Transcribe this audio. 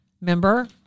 member